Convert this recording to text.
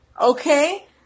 Okay